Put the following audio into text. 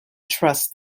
trust